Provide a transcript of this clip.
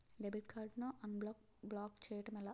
Debit card ను unblock block చేయటం ఎలా?